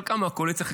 חלקם מהקואליציה,